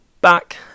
back